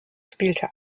spielte